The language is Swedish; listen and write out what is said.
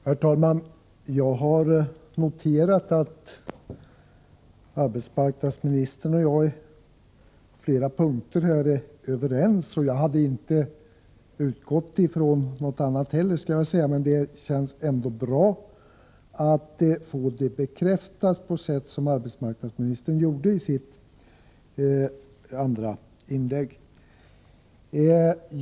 Herr talman! Jag har noterat att arbetsmarknadsministern och jag på flera punkter är överens. Jag hade inte heller utgått från något annat, men det känns ändå bra att få det bekräftat på det sätt som skedde i arbetsmarknadsministerns andra inlägg.